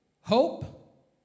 Hope